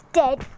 dead